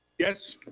yes.